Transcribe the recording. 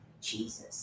Jesus